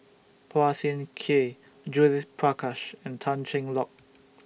Phua Thin Kiay Judith Prakash and Tan Cheng Lock